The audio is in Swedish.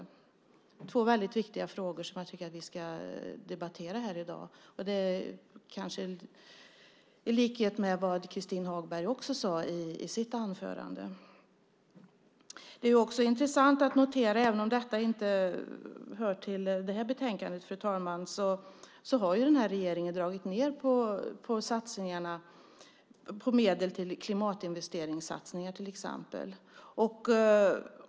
Det är två väldigt viktiga frågor som jag, i likhet med vad Christin Hagberg också sade i sitt anförande, tycker att vi ska debattera här i dag. Fru talman! Även om det inte hör till det här betänkandet är det intressant att notera att regeringen har dragit ned på medel till klimatinvesteringssatsningar till exempel.